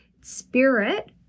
spirit